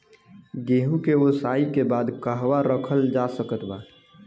गेहूँ के ओसाई के बाद कहवा रखल जा सकत बा?